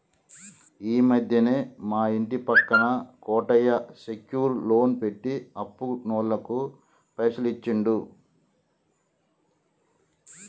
ఈ మధ్యనే మా ఇంటి పక్క కోటయ్య సెక్యూర్ లోన్ పెట్టి అప్పులోళ్లకు పైసలు ఇచ్చిండు